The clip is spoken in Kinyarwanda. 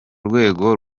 rwego